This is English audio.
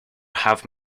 have